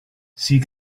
sie